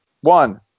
One